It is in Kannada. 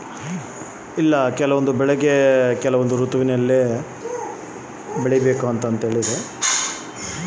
ಬೇರೆ ಬೇರೆ ಋತುವಿನಲ್ಲಿ ಸಾಸಿವೆ ಬೆಳೆಯುವುದಿಲ್ಲವಾ?